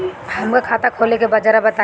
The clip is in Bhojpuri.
हमका खाता खोले के बा जरा बताई?